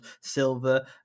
silver